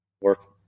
work